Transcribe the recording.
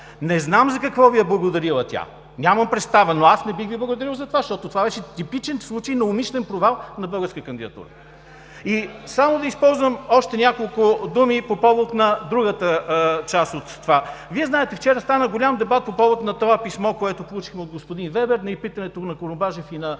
Не знам за какво Ви е благодарила тя, нямам представа, но аз не бих Ви благодарил за това, защото това беше типичен случай на умишлен провал на българска кандидатура. Да използвам само още няколко думи по повод на другата част от това. Вие знаете, вчера стана голям дебат по повод на това писмо, което получихме от господин Вебер, на питането на господин